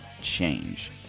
change